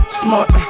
smart